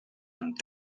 amb